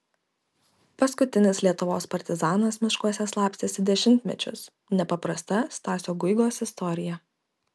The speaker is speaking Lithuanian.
paskutinis lietuvos partizanas miškuose slapstėsi dešimtmečius nepaprasta stasio guigos istorija